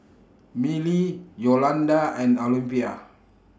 Milly Yolonda and Olympia